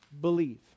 believe